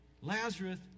Lazarus